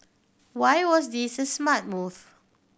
why was this a smart move